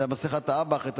את מסכת האב"כ.